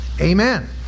Amen